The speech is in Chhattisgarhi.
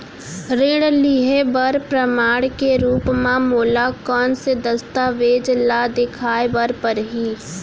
ऋण लिहे बर प्रमाण के रूप मा मोला कोन से दस्तावेज ला देखाय बर परही?